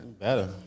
better